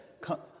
come